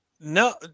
No